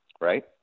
Right